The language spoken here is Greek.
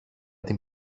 την